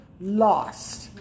lost